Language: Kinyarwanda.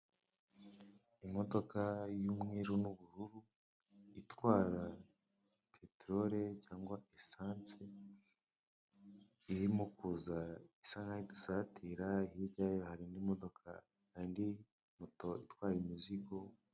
Imodoka y'umweru n'ubururu itwara peteroli cyangwa esanse irimo kuza isa nk'aho idusatira, hirya yayo harindi moto itwaye imizigo.